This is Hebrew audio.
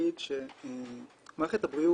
אגיד לך למה.